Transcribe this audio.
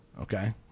Okay